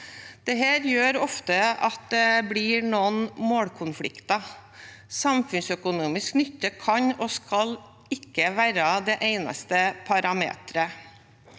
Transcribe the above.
Dette gjør ofte at det blir noen målkonflikter. Samfunnsøkonomisk nytte kan ikke og skal ikke være den eneste parameteren.